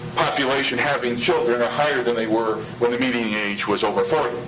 population having children are higher than they were when the median age was over forty.